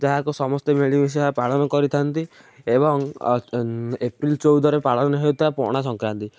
ଯାହାକୁ ସମସ୍ତେ ମିଳିମିଶି ଆ ପାଳନ କରିଥାନ୍ତି ଏବଂ ଏପ୍ରିଲ ଚଉଦରେ ପାଳନ ହେଉଥିବା ପଣା ସଂକ୍ରାନ୍ତି